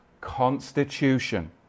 constitution